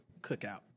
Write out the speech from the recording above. cookout